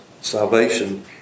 salvation